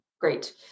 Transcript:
Great